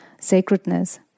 sacredness